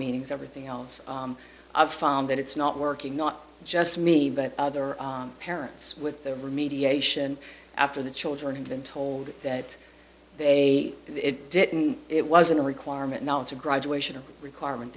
meetings everything else i've found that it's not working not just me but other parents with their remediation after the children had been told that they it didn't it wasn't a requirement now it's a graduation requirement